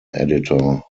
editor